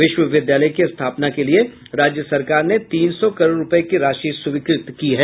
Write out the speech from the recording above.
विश्वविद्यालय के स्थापना के लिये राज्य सरकार ने तीन सौ करोड़ रूपये की राशि स्वीकृत की है